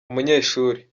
umunyeshuri